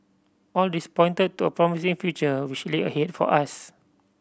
all this pointed to a promising future which lay ahead for us